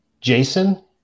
Jason